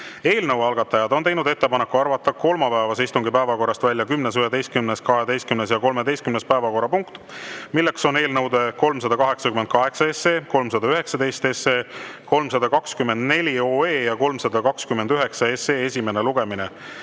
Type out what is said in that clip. Eelnõu algatajad on teinud ettepaneku arvata kolmapäevase istungi päevakorrast välja 10., 11., 12. ja 13. päevakorrapunkt, milleks on eelnõude 388, 319, 324 ja 329 esimene lugemine.